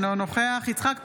אינו נוכח יצחק פינדרוס,